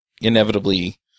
inevitably